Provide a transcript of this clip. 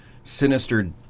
sinister